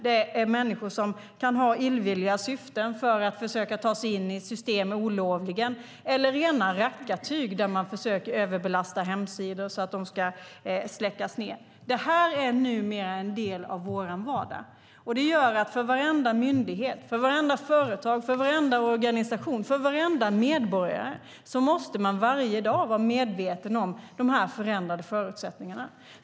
Det finns människor som kan ha illvilliga syften med att ta sig in i system olovligen eller som gör rena rackartyg och försöker överbelasta hemsidor så att de ska släckas ned. Detta är numera en del av vår vardag. Varenda myndighet, företag eller organisation och varenda medborgare måste varje dag vara medveten om dessa förändrade förutsättningar.